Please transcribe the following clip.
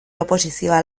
oposizioa